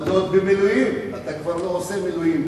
אבל לא במילואים, אתה כבר לא עושה פה מילואים.